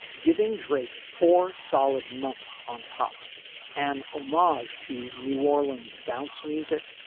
giving drake four solid months on top and a march to new orleans bounce music.